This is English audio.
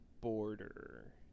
border